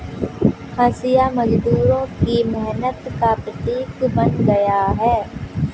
हँसिया मजदूरों की मेहनत का प्रतीक बन गया है